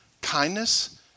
kindness